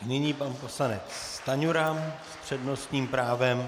Nyní pan poslanec Stanjura s přednostním právem.